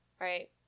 right